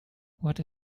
what